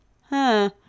Huh